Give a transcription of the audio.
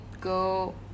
go